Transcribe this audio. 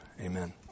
Amen